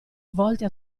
volte